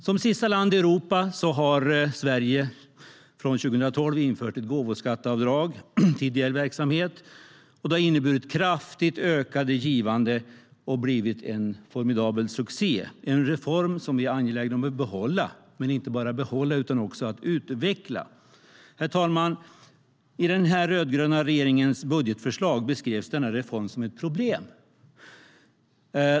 Som sista land i Europa införde Sverige 2012 ett gåvoskatteavdrag till ideell verksamhet. Det har inneburit en kraftig ökning av givandet och blivit en formidabel succé. Det är en reform som vi är angelägna om att behålla, men inte bara behålla utan också utveckla. Herr talman! I den rödgröna regeringens budgetförslag beskrevs denna reform som ett problem.